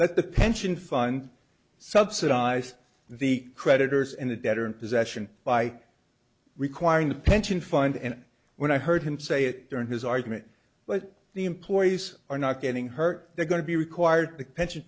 that the pension fund subsidise the creditors and the debtor in possession by requiring the pension fund and when i heard him say it during his argument but the employees are not getting hurt they're going to be required the pension